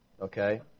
okay